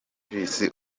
regis